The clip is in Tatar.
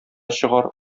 чыгар